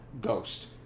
Ghost